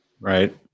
Right